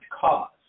cause